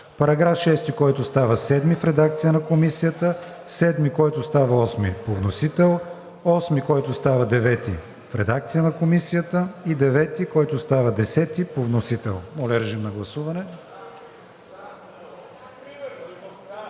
§ 6, който става § 7 в редакция на Комисията, § 7, който става § 8 по вносител, § 8, който става § 9 в редакция на Комисията, и § 9, който става § 10 по вносител. Моля, режим на гласуване.